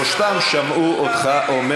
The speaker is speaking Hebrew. שלושתם שמעו אותך אומר,